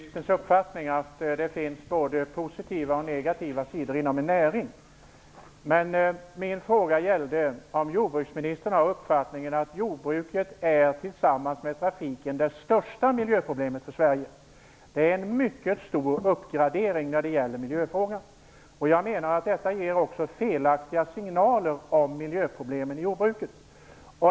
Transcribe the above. Herr talman! Jag delar jordbruksministerns uppfattning att det finns både positiva och negativa sidor inom en näring. Men min fråga var om jordbruksministern har uppfattningen att jordbruket tillsammans med trafiken är det största miljöproblemet för Sverige. Det är ju en mycket stor uppgradering av miljöfrågan. Jag menar att detta ger felaktiga signaler om miljöproblemen i jordbruket.